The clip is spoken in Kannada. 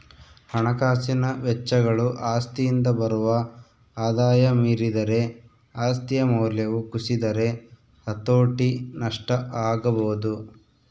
ಹಣಕಾಸಿನ ವೆಚ್ಚಗಳು ಆಸ್ತಿಯಿಂದ ಬರುವ ಆದಾಯ ಮೀರಿದರೆ ಆಸ್ತಿಯ ಮೌಲ್ಯವು ಕುಸಿದರೆ ಹತೋಟಿ ನಷ್ಟ ಆಗಬೊದು